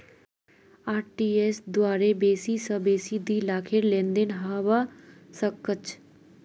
RTGS द्वारे बेसी स बेसी दी लाखेर लेनदेन हबा सख छ